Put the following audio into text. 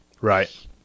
Right